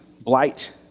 blight